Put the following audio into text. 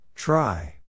Try